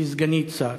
היא סגנית שר,